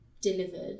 delivered